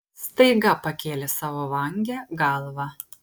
staiga pakėlė savo vangią galvą